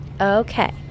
Okay